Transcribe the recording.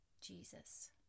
Jesus